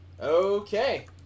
Okay